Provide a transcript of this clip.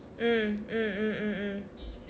mm mm mm mm mm